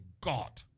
God